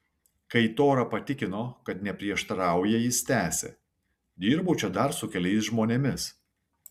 kai tora patikino kad neprieštarauja jis tęsė dirbau čia dar su keliais žmonėmis